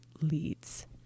leads